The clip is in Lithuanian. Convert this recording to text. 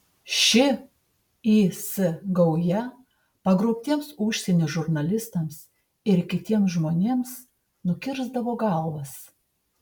ši is gauja pagrobtiems užsienio žurnalistams ir kitiems žmonėms nukirsdavo galvas